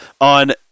on